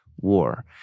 war